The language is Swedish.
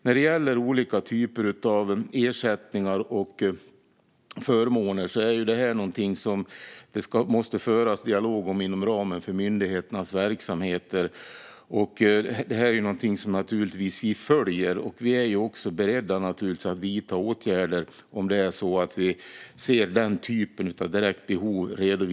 När det gäller olika typer av ersättningar och förmåner är det något som det måste föras dialog om inom ramen för myndigheternas verksamheter. Vi följer det naturligtvis, och vi är beredda att vidta åtgärder om myndigheterna redovisar den typen av direkt behov.